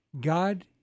God